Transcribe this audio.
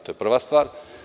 To je prva stvar.